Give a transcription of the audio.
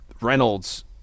Reynolds